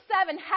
seven